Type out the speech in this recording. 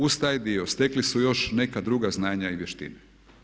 Uz taj dio stekli su još neka druga znanja i vještine.